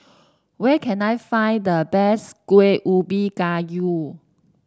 where can I find the best Kuih Ubi Kayu